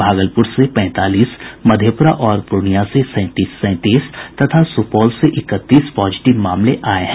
भागलपुर से पैंतालीस मधेपुरा और पूर्णियां से सैंतीस सैंतीस तथा सुपौल से इकतीस पॉजिटिव मामले आये हैं